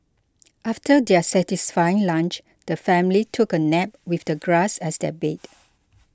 after their satisfying lunch the family took a nap with the grass as their bed